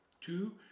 Two